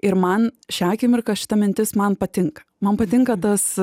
ir man šią akimirką šita mintis man patinka man patinka tas